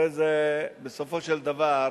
הרי בסופו של דבר